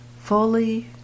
Fully